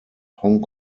hong